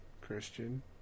Christian